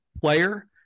player